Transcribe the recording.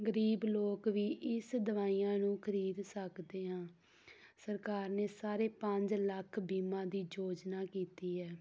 ਗਰੀਬ ਲੋਕ ਵੀ ਇਸ ਦਵਾਈਆਂ ਨੂੰ ਖਰੀਦ ਸਕਦੇ ਹਾਂ ਸਰਕਾਰ ਨੇ ਸਾਰੇ ਪੰਜ ਲੱਖ ਬੀਮਾ ਦੀ ਯੋਜਨਾ ਕੀਤੀ ਹੈ